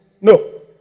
No